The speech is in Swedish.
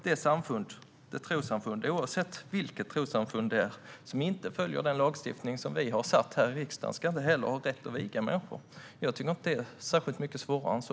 Det trossamfund, oavsett vilket det är, som inte följer den lagstiftning som vi har fattat beslut om här i riksdagen ska inte heller ha rätt att viga människor. Jag tycker inte att det är svårare än så.